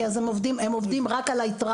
כי אז הם עובדים רק על היתרה.